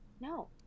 no